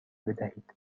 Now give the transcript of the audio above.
بدهید